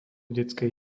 detskej